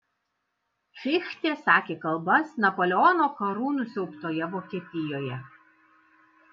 fichtė sakė kalbas napoleono karų nusiaubtoje vokietijoje